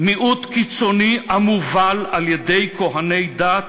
מיעוט קיצוני המובל על-ידי כוהני דת,